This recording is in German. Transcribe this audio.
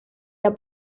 der